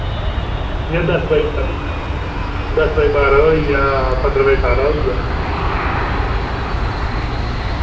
इयां दस बाय दस बाय बारां दा होइया पंदरां बाय ठारां दा होइया